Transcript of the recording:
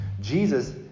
Jesus